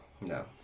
No